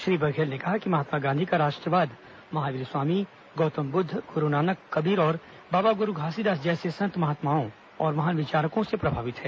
श्री बघेल महात्मा ने कहा कि महात्मा गांधी का राष्ट्रवाद महावीर स्वामी गौतम बुद्ध गुरूनानक कबीर बाबा गुरू घासीदास जैसे संत महात्माओं और महान विचारकों से प्रभावित हैं